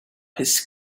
his